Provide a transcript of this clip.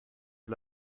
sur